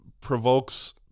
provokes